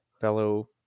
fellow